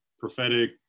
Prophetic